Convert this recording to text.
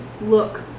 look